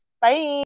Bye